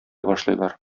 башлыйлар